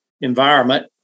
environment